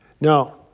Now